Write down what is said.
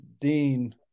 Dean